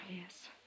Yes